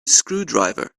screwdriver